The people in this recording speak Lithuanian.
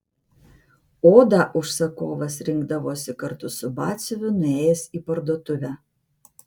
odą užsakovas rinkdavosi kartu su batsiuviu nuėjęs į parduotuvę